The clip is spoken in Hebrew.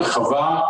רחבה,